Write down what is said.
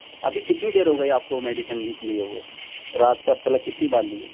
ابھی کتنی دیر ہو گئی آپ کو میڈیسن لی لیے ہوئے رات سے اب تک کتنی بار لیا